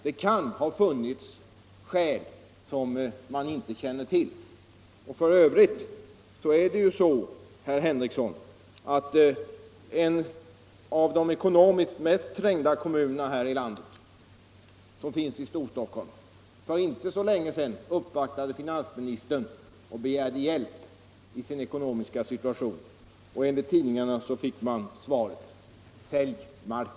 Det kan ha funnits skäl som vi inte känner till. F. ö., herr Henrikson, hände det för inte så länge sedan att en av de ekonomiskt värst trängda kommunerna här i landet — den finns här i Storstockholm — uppvaktade finansministern och begärde hjälp i sin ekonomiska situation. Enligt tidningarna fick man svaret: Sälj mark!